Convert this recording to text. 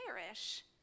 perish